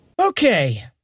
Okay